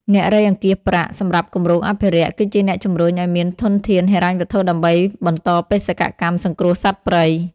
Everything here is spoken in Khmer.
អ្នករៃអង្គាសប្រាក់ សម្រាប់គម្រោងអភិរក្ស គឺជាអ្នកជំរុញឱ្យមានធនធានហិរញ្ញវត្ថុដើម្បីបន្តបេសកកម្មសង្គ្រោះសត្វព្រៃ។